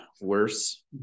worse